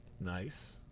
Nice